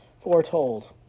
foretold